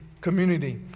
community